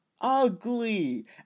ugly